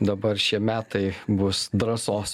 dabar šie metai bus drąsos